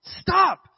Stop